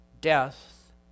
death